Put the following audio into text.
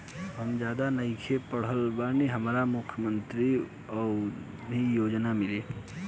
हम ज्यादा नइखिल पढ़ल हमरा मुख्यमंत्री उद्यमी योजना मिली?